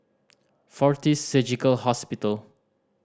Fortis Surgical Hospital